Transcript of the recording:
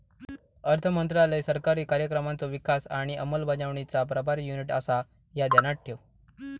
अर्थमंत्रालय सरकारी कार्यक्रमांचो विकास आणि अंमलबजावणीचा प्रभारी युनिट आसा, ह्या ध्यानात ठेव